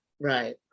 right